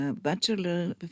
bachelor